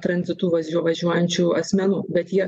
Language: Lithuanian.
tranzitu važiuo važiuojančių asmenų bet jie